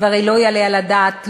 הרי לא יעלה על הדעת,